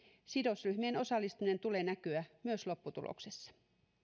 sidosryhmien osallistumisen tulee näkyä myös lopputuloksessa